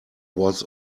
was